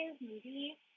movie